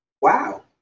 wow